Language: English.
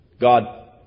God